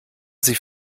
sie